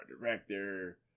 director